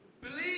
believe